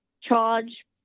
charge